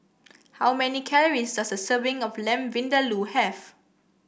how many calories does a serving of Lamb Vindaloo have